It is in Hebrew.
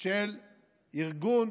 של ארגון